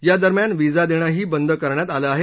या दरम्यान विजा देणं ही बंद करण्यात आलं आहे